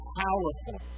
powerful